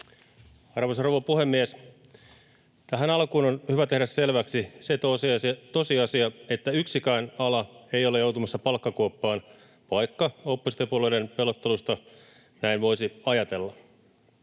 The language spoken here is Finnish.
Arvoisa rouva puhemies! Tähän alkuun on hyvä tehdä selväksi se tosiasia, että yksikään ala ei ole joutumassa palkkakuoppaan, vaikka oppositiopuolueiden pelottelusta näin voisi ajatella.